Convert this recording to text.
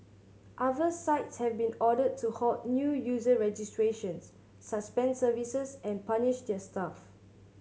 other sites have been ordered to halt new user registrations suspend services and punish their staff